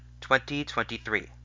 2023